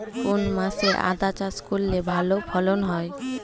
কোন মাসে আদা চাষ করলে ভালো ফলন হয়?